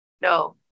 No